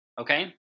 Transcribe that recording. okay